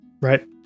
right